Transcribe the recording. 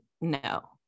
no